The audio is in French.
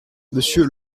monsieur